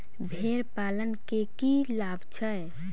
भेड़ पालन केँ की लाभ छै?